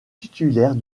titulaire